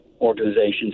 organizations